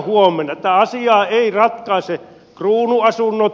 tätä asiaa ei ratkaise kruunuasunnot